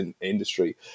industry